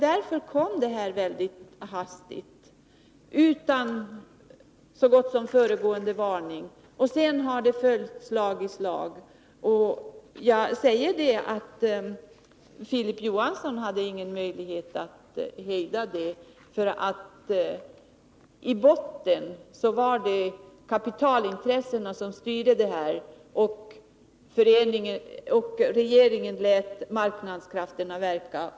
Därför kom stoppet mycket hastigt, så gott som utan föregående varning. Sedan har händelserna följt slag i slag. Jag vill säga att Filip Johansson inte hade någon möjlighet att hejda det hela, för i botten var det kapitalintressena som styrde, och regeringen lät marknadskrafterna verka.